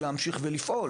להמשיך ולפעול